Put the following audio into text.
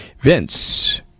Vince